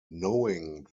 knowing